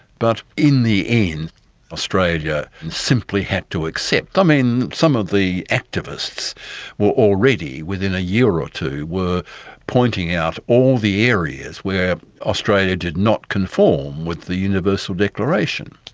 but in the end australia simply had to accept i mean, some of the activists were already, within a year or two, were pointing out all the areas where australia did not conform with the universal declaration.